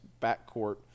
backcourt